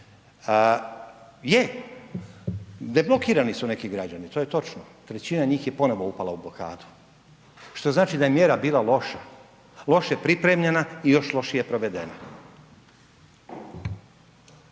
Je, deblokirani su neki građani to je točno, trećina njih je ponovno upala u blokadu što znači da je mjera bila loša, loše pripremljena i još lošije provedena.